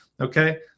Okay